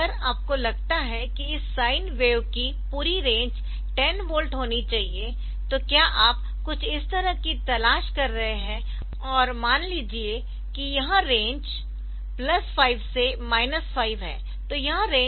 तो अगर आपको लगता है कि इस साइन वेव की पूरी रेंज 10 वोल्ट होनी चाहिए तो क्या आप कुछ इस तरह की तलाश कर रहे है और यह रेंज मान लीजिए प्लस 5 से माइनस 5 है